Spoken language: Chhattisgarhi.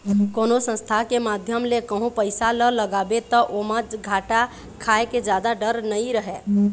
कोनो संस्था के माध्यम ले कहूँ पइसा ल लगाबे ता ओमा घाटा खाय के जादा डर नइ रहय